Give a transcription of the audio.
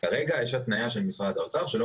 כרגע יש התנייה של משרד האוצר שלא